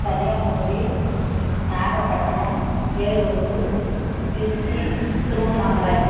Kanyakumari Nagapattinam Vellore Trichy Tiruvannamalai